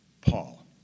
Paul